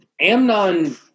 Amnon